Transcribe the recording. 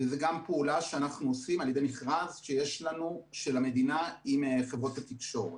וזו גם פעולה שאנחנו עושים על ידי מכרז של המדינה עם חברות התקשורת.